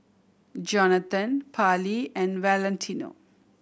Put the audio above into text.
Johnathon Parlee and Valentino